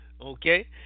Okay